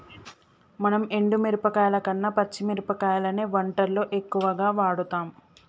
మనం ఎండు మిరపకాయల కన్న పచ్చి మిరపకాయలనే వంటల్లో ఎక్కువుగా వాడుతాం